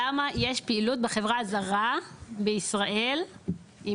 למה יש פעילות בחברה הזרה בישראל, אם